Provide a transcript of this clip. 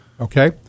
Okay